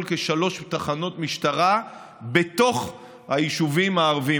כשלוש תחנות משטרה בתוך היישובים הערביים.